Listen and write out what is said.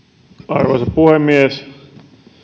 arvoisa puhemies